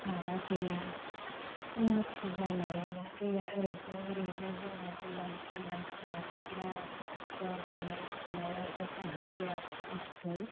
माबा गैया उन्नथि जानो रोङा दैया ओरैबो ओरैबो जोङो दैलां दैज्लां समावबो बेराद खस्थ' गायनाय फुनायावबो जोंहा बेराद खस्थ'